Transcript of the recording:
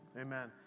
Amen